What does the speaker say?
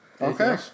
Okay